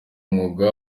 umwuga